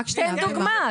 תן דוגמה.